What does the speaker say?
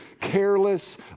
careless